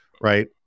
right